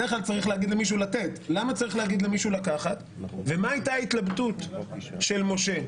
בדרך כלל צריך להגיד למישהו לתת ומה הייתה ההתלבטות של משה?